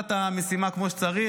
ועשה את המשימה כמו שצריך.